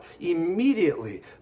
immediately